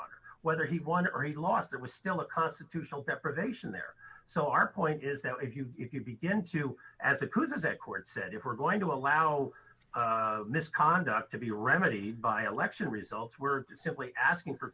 or whether he won or he lost it was still a constitutional deprivation there so our point is that if you begin to as a coup does that court said if we're going to allow misconduct to be remedied by election results we're simply asking for